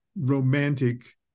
romantic